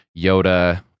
Yoda